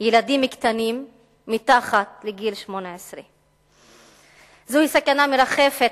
ילדים קטנים מתחת לגיל 18. זוהי סכנה המרחפת